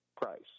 price